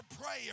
prayer